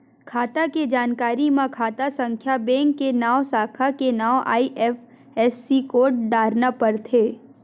खाता के जानकारी म खाता संख्या, बेंक के नांव, साखा के नांव, आई.एफ.एस.सी कोड डारना परथे